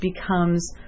becomes